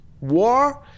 war